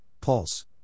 Pulse